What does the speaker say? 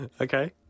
Okay